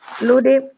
Ludi